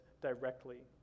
directly